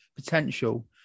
Potential